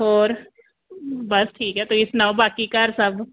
ਹੋਰ ਬਸ ਠੀਕ ਹੈ ਤੁਸੀਂ ਸੁਣਾਓ ਬਾਕੀ ਘਰ ਸਭ